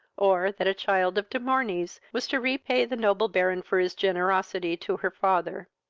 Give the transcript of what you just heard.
or that a child of de morney's was to repay the noble baron for his generosity to her father.